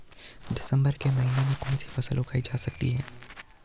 दिसम्बर के महीने में कौन सी फसल उगाई जा सकती है?